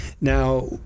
Now